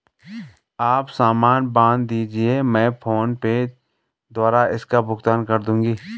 आप सामान बांध दीजिये, मैं फोन पे द्वारा इसका भुगतान कर दूंगी